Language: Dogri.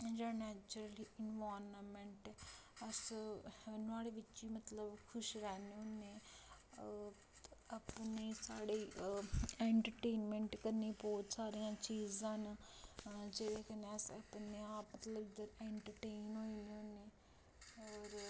जेह्ड़ा नेचुरल इनवारनमैंट अस नुहाड़े बिच्च ही मतलब खुश रैह्ने होन्ने अपने साढ़े ऐंटरटेनमैंट करने बहुत सारियां चीजां न जेह्दे कन्नै अस अपने आप मतलब ऐंटरटेन होई ने होन्ने होर